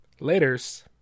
Laters